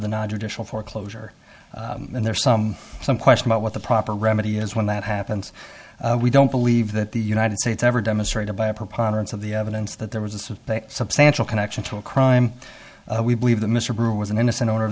the non judicial foreclosure and there's some some question about what the proper remedy is when that happens we don't believe that the united states ever demonstrated by a preponderance of the evidence that there was a substantial connection to a crime we believe that mr brewer was an innocent o